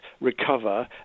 recover